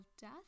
Death